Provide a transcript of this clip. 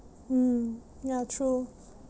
mm ya true